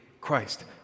Christ